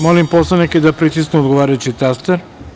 Molim narodne poslanike da pritisnu odgovarajući taster.